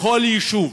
מכל יישוב